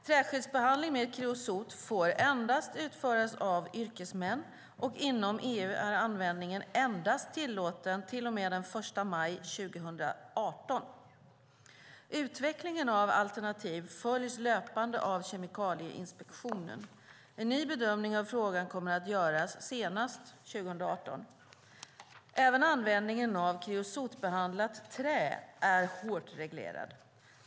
Träskyddsbehandling med kreosot får endast utföras av yrkesmän, och inom EU är användningen endast tillåten till och med den 1 maj 2018. Utvecklingen av alternativ följs löpande av Kemikalieinspektion. En ny bedömning av frågan kommer att göras senast 2018. Även användningen av kreosotbehandlat trä är hårt reglerad.